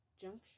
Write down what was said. juncture